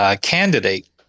candidate